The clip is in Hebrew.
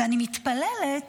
ואני מתפללת